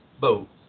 boat